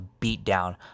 beatdown